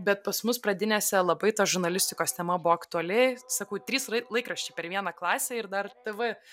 bet pas mus pradinėse labai ta žurnalistikos tema buvo aktuali sakau trys rai laikraščiai per vieną klasę ir dar tv